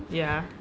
ya